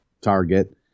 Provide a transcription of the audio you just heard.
target